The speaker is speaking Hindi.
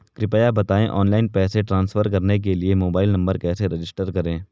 कृपया बताएं ऑनलाइन पैसे ट्रांसफर करने के लिए मोबाइल नंबर कैसे रजिस्टर करें?